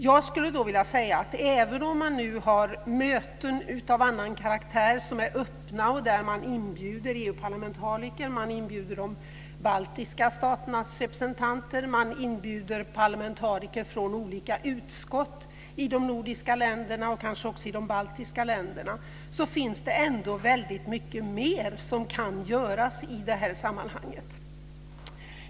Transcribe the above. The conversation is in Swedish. Jag skulle då vilja säga att även om man nu har möten av annan karaktär som är öppna och där man inbjuder EU-parlamentariker, de baltiska staternas representanter och parlamentariker från olika utskott i de nordiska länderna och kanske också i de baltiska länderna, så finns det ändå väldigt mycket mer som kan göras i det här sammanhanget.